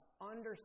understand